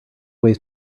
ways